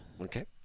Okay